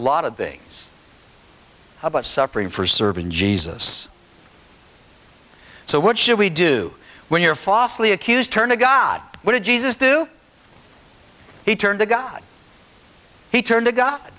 lot of things about suffering for serving jesus so what should we do when you're fosli accused turn to god what did jesus do he turned to god he turned to god